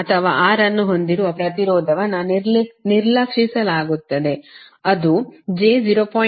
ಅಥವಾ R ಅನ್ನು ಹೊಂದಿರುವ ಪ್ರತಿರೋಧವನ್ನು ನಿರ್ಲಕ್ಷಿಸಲಾಗುತ್ತದೆ ಅದು j 0